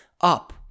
up